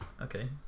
Okay